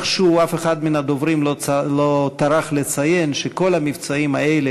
ואיכשהו אף אחד מן הדוברים לא טרח לציין שכל המבצעים האלה